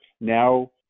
Now